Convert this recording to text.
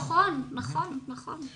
נכון, נכון, נכון.